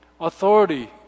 Authority